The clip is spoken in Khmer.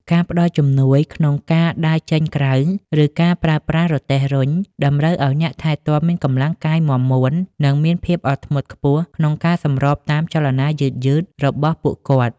ការផ្តល់ជំនួយក្នុងការដើរចេញក្រៅ ឬការប្រើប្រាស់រទេះរុញ តម្រូវឱ្យអ្នកថែទាំមានកម្លាំងកាយមាំមួន និងមានភាពអត់ធ្មត់ខ្ពស់ក្នុងការសម្របតាមចលនាយឺតៗរបស់ពួកគាត់។